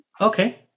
Okay